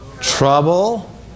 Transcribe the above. Trouble